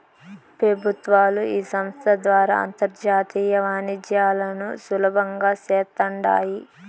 పెబుత్వాలు ఈ సంస్త ద్వారా అంతర్జాతీయ వాణిజ్యాలను సులబంగా చేస్తాండాయి